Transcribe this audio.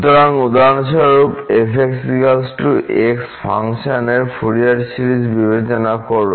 সুতরাং উদাহরণস্বরূপ f x ফাংশনের ফুরিয়ার সিরিজ বিবেচনা করুন